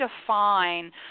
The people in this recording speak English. define